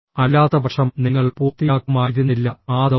അല്ലാത്തപക്ഷം നിങ്ങൾ പൂർത്തിയാക്കുമായിരുന്നില്ല ആ ദൌത്യം